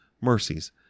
mercies